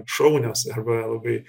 šaunios arba labai